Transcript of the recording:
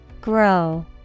Grow